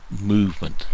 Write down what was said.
movement